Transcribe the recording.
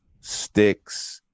sticks